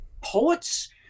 poets